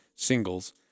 Singles